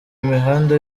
imihanda